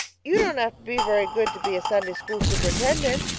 you don't have to be very good to be a sunday school superintendent.